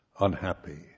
unhappy